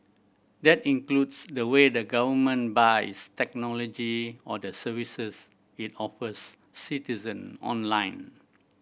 that includes the way the government buys technology or the services it offers citizen online